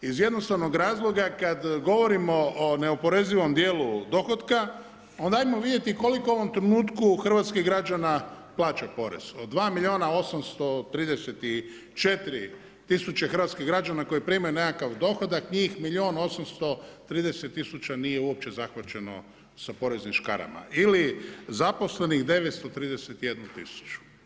Iz jednostavnog razloga kad govorimo o neoporezivom dijelu dohotka, onda ajmo vidjeti koliko u ovom trenutku hrvatskih građana plaća porez, od 2 milijuna 834000 hrvatskih građana koji primaju nekakav dohodak, njih milijun 830000 nije uopće zahvaćeno sa poreznim škarama, ili zaposlenih 931000.